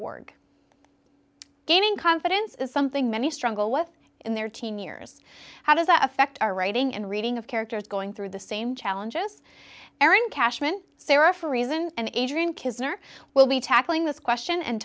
org gaining confidence is something many struggle with in their teen years how does that affect our writing and reading of characters going through the same challenges erin cashman sarah for a reason and adrian kisner will be tackling this question and